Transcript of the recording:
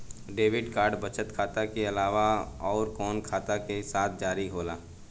Debit card बचत खाता के अलावा अउरकवन खाता के साथ जारी होला?